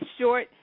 short